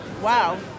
Wow